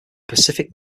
pacific